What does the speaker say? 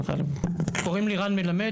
קוראים לי רן מלמד,